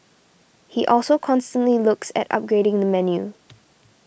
he also constantly looks at upgrading the menu